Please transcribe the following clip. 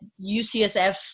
UCSF